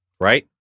right